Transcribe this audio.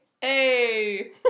Hey